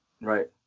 right